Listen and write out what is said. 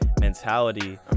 mentality